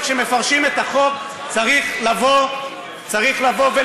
כשמפרשים את החוק צריך לבוא ולהבהיר,